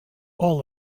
all